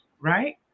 right